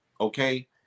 Okay